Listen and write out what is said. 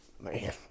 Man